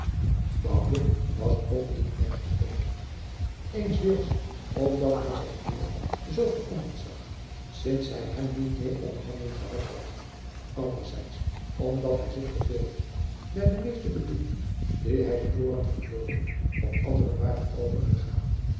was ook niet erg te vreden eensdeels omdat hij zijn heer zoo veranderd zag sints hij hem niet meer onder handen gehad had anderdeels omdat hij zich verveelde daar de meeste bedieningen die hij te voren vervulde op anderen waren overgegaan